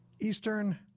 Eastern